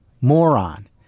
moron